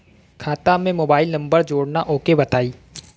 खाता में mobile number जोड़ना ओके बताई?